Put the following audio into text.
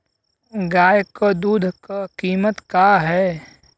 गाय क दूध क कीमत का हैं?